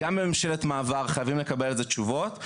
גם בממשלת מעבר חייבים לקבל על זה תשובות.